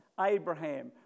Abraham